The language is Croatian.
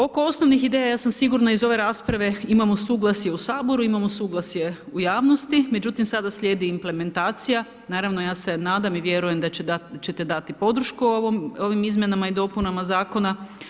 Oko osnovnih ideja, ja sam sigurna, iz ove rasprave imamo suglasje u Saboru, imamo suglasje u javnosti, međutim, sada slijedi implementacija, naravno ja se nadam i vjerujem da ćete dati podršku ovim izmjenama i dopunama zakona.